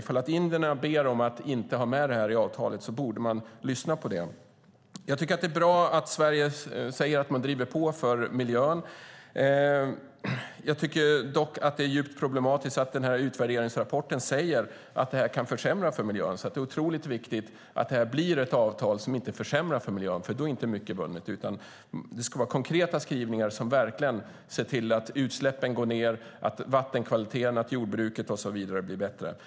Om Indien ber om att inte ha med det i avtalet borde man lyssna på det. Det är bra att Sverige säger att man driver på för miljön. Det är dock djupt problematiskt att utvärderingsrapporten säger att detta kan försämra miljön. Det är därför viktigt att det blir ett avtal som inte försämrar miljön, för då är inte mycket vunnet. Det ska vara konkreta skrivningar som ser till att utsläppen minskar och att vattenkvaliteten, jordbruket och så vidare blir bättre.